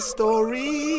story